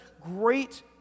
great